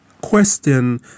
question